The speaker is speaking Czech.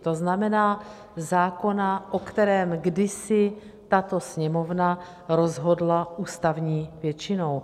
To znamená zákona, o kterém kdysi tato Sněmovna rozhodla ústavní většinou.